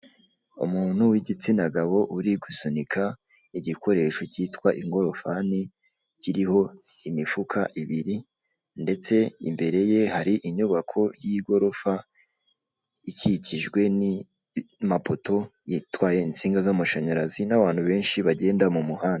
Umuntu w'igitsina gabo uri gusunika igikoresho cyitwa ingorofani, kiriho imifuka ibiri ndetse imbere ye hari inyubako y'igorofa ikikijwe ni n'amapoto itwaye insinga z'amashanyarazi n'abantu benshi bagenda mu muhanda.